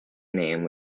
name